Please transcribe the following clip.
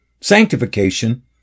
Sanctification